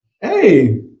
Hey